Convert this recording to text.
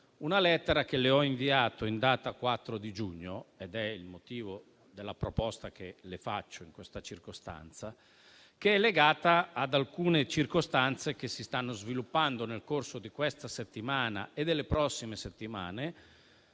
una lettera che le ho inviato in data 4 giugno, che è il motivo della proposta che avanzo oggi, che è legata ad alcune circostanze che si stanno sviluppando nel corso di questa e delle prossime settimane,